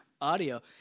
audio